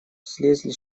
слезли